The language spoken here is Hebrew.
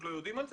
לא יודעים על זה?